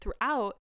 throughout